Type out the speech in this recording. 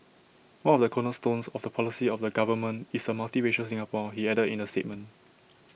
one of the cornerstones of the policy of the government is A multiracial Singapore he added in A statement